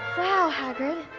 wow hagrid.